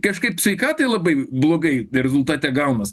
kažkaip sveikatai labai blogai rezultate gaunas